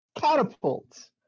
Catapult